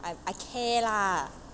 I I care lah